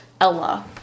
Ella